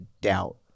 doubt